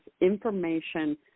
information